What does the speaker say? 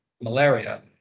malaria